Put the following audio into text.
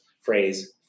phrase